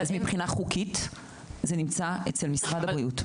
מבחינה חוקית זה נמצא אצל משרד הבריאות.